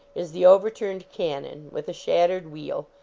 is the overturned cannon, with a shattered wheel.